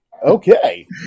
Okay